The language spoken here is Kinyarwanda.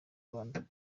rwanda